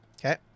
Okay